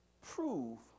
prove